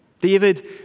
David